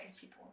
people